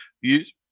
use